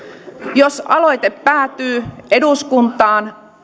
jos aloite päätyy eduskuntaan